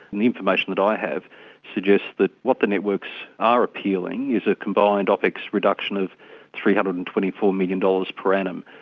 the information that i have suggests that what the networks are appealing is a combined opex reduction of three hundred and twenty four million dollars per annum,